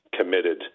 committed